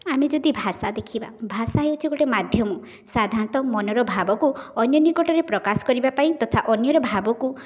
ଆମେ ଯଦି ଭାଷା ଦେଖିବା ଭାଷା ହେଉଛି ଗୋଟେ ମାଧ୍ୟମ ସାଧାରଣତଃ ମନର ଭାବକୁ ଅନ୍ୟ ନିକଟରେ ପ୍ରକାଶ କରିବା ପାଇଁ ତଥା ଅନ୍ୟର ଭାବକୁ